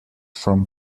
from